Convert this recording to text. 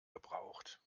gebraucht